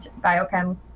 biochem